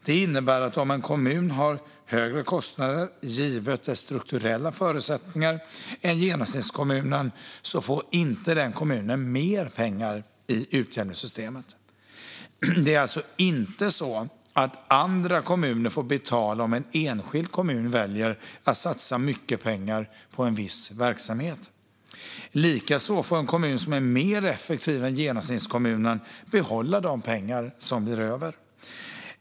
Det innebär att om en kommun har högre kostnader, givet dess strukturella förutsättningar, än genomsnittskommunen får inte den kommunen mer pengar i utjämningssystemet. Det är alltså inte så att andra kommuner får betala om en enskild kommun väljer att satsa mycket pengar på en viss verksamhet. Likaså får en kommun som är mer effektiv än genomsnittskommunen behålla de pengar som blir över.